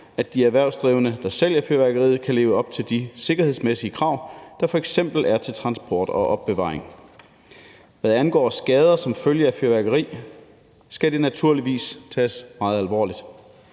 at de erhvervsdrivende, der sælger fyrværkeriet, kan leve op til de sikkerhedsmæssige krav, der f.eks. er til transport og opbevaring. Hvad angår skader som følge af fyrværkeri, skal det naturligvis tages meget alvorligt.